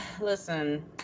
listen